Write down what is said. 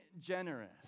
generous